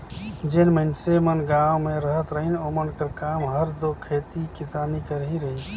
जेन मइनसे मन गाँव में रहत रहिन ओमन कर काम हर दो खेती किसानी कर ही रहिस